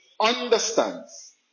understands